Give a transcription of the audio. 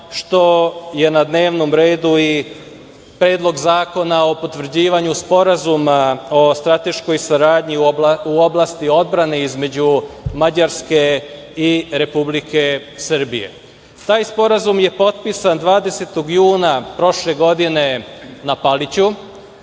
što je na dnevnom redu i Predlog zakona o potvrđivanju Sporazuma o strateškoj saradnji u oblasti odbrane između Mađarske i Republike Srbije. Taj sporazum je potpisan 20. juna prošle godine na Paliću.